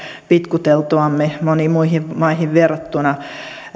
vitkuteltuamme moniin muihin maihin verrattuna